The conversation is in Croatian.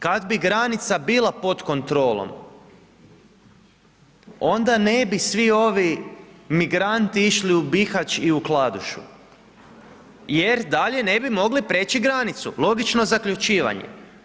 Kad bi granica bila pod kontrolom, onda ne bi svi ovi migranti išli u Bihać i u Kladušu jer dalje ne bi mogli preći granicu, logično zaključivanje.